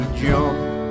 jump